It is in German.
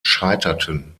scheiterten